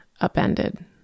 upended